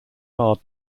hard